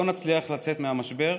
לא נצליח לצאת מהמשבר.